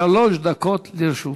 איציק שמולי, שלוש דקות לרשותך.